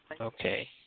Okay